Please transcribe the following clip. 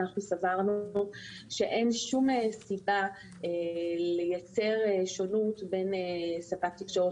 אנחנו סברנו שאין שום סיבה לייצר שונות בין ספק תקשורת